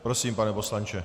Prosím, pane poslanče.